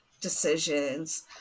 decisions